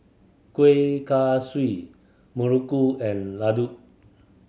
Kuih Kaswi Muruku and Laddu